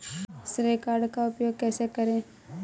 श्रेय कार्ड का उपयोग कैसे करें?